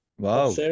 Wow